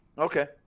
Okay